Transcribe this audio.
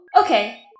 okay